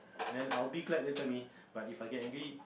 then I'll be glad they tell me but If I get angry